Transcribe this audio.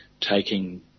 taking